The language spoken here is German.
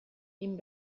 ihm